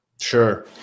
Sure